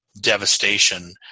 devastation